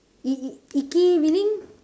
i~ icky meaning